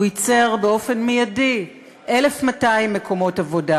הוא ייצר באופן מיידי 1,200 מקומות עבודה